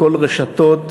הכול רשתות,